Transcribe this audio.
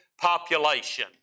population